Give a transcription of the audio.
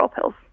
pills